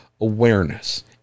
awareness